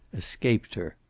escaped her.